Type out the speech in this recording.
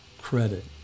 credit